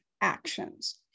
actions